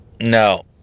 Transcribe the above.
no